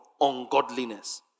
ungodliness